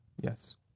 Yes